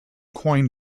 coin